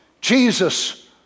Jesus